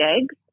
eggs